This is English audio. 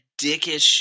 dickish